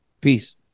peace